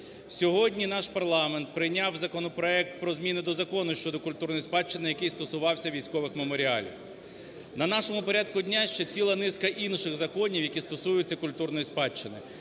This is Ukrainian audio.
Сьогодні наш парламент прийняв законопроект про зміни до закону щодо культурної спадщини, який стосувався військових меморіалів. На нашому порядку дня ще ціла низка інших законів, які стосуються культурної спадщини,